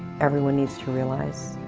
everyone needs to realize